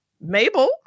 Mabel